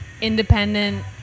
independent